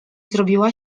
zrobiła